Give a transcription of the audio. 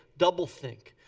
doublethink.